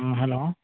ꯎꯝ hello